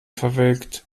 verwelkt